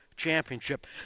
Championship